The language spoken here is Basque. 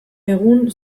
egun